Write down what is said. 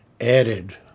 added